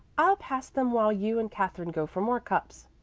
i'll pass them while you and katherine go for more cups.